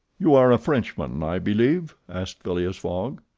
you are a frenchman, i believe, asked phileas fogg,